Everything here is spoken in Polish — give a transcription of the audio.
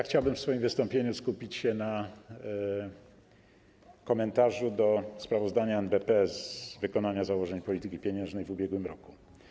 Chciałbym w swoim wystąpieniu skupić się na komentarzu do sprawozdania NBP z wykonania założeń polityki pieniężnej w ubiegłym roku.